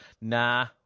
nah